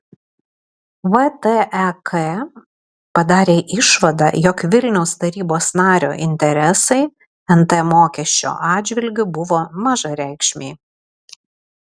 vtek padarė išvadą jog vilniaus tarybos nario interesai nt mokesčio atžvilgiu buvo mažareikšmiai